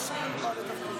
מה שלומך?